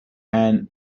and